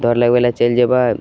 दौड़ लगबैले चलि जेबै